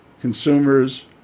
consumers